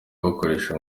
bakoresha